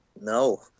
No